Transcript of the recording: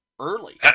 early